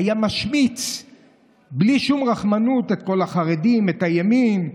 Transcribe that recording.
היה משמיץ בלי שום רחמנות את כל החרדים, את הימין.